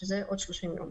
שזה עוד 30 יום.